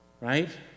right